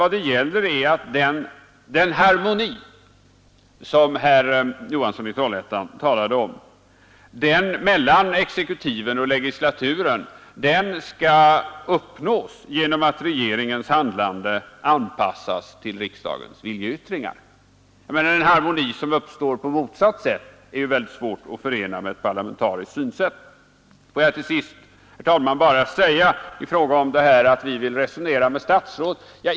Det gäller att uppnå den harmoni, som herr Johansson i Trollhättan talade om, den som skall råda mellan exekutiven och legislaturen. Den skall åstadkommas genom att regeringens handlande anpassas till riksdagens viljeyttringar. En harmoni som uppstår på motsatt sätt är svår att förena med ett parlamentariskt synsätt. Får jag till sist bara säga att vi vill resonera med statsråden.